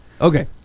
Okay